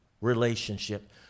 relationship